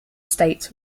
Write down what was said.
states